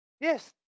Yes